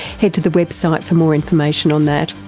head to the website for more information on that.